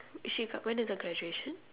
is she when is the graduation